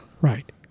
Right